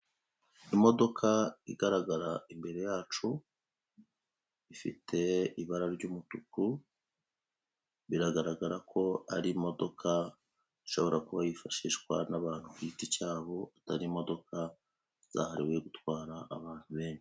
Imodoka igaragarara imbere yacu ifite ibara ry'umutuku biragaragara ko ari imodoka ishobora kuba yifashishwa n'abantu ku giti cyabo, atari imodoka zahariwe gutwara abantu benshi.